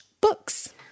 books